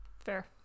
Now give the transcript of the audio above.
Fair